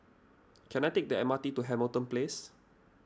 can I take the M R T to Hamilton Place